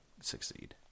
succeed